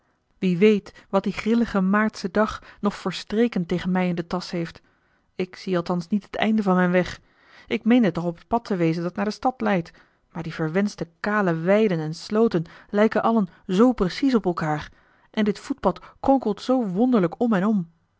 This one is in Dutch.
wie weet wat die grillige maartsche dag nog voor treken tegen mij in den tas heeft ik zie althans niet het einde van mijn weg ik meende toch op het pad te wezen dat naar de stad leidt maar die verwenschte kale weiden en sloten lijken allen zoo precies op elkaâr en dit voetpad kronkelt zoo wonderlijk om en om